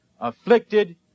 afflicted